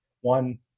one